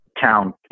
town